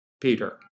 Peter